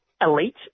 elite